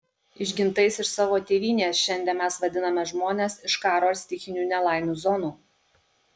išgintais iš savo tėvynės šiandien mes vadiname žmones iš karo ar stichinių nelaimių zonų